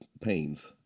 pains